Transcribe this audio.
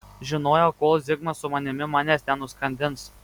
žinojau kol zigmas su manimi manęs nenuskandins